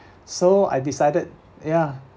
so I decided ya